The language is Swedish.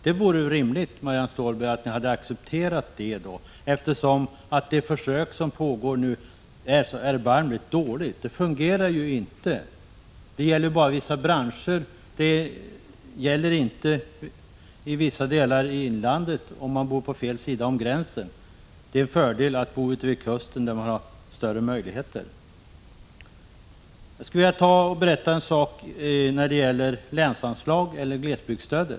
Det vore rimligt att ni hade accepterat det då, eftersom det försök som pågår nu är så erbarmligt dåligt. Det fungerar ju inte. Det gäller vissa branscher. Det gäller inte i vissa delar av inlandet, om man bor på fel sida om gränsen. Det är en fördel att bo vid kusten, där man har större möjligheter. Jag skulle vilja berätta en sak när det gäller länsanslag eller glesbygdsstödet.